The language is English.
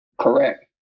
Correct